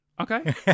Okay